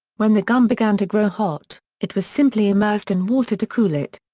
when the gun began to grow hot, it was simply immersed in water to cool it.